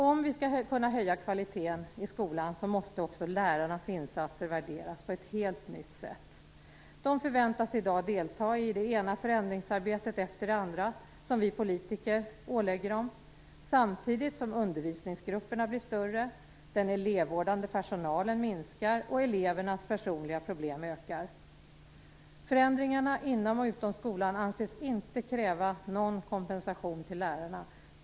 Om vi skall kunna höja kvaliteten i skolan måste också lärarnas insatser värderas på ett helt nytt sätt. De förväntas i dag delta i det ena förändringsarbetet efter det andra som vi politiker ålägger dem, samtidigt som undervisningsgrupperna blir större, den elevvårdande personalen minskar och elevernas personliga problem ökar. Förändringarna inom och utom skolan anses inte kräva någon kompensation till lärarna.